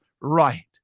right